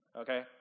Okay